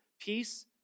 peace